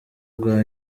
bwa